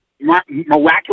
miraculous